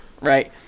Right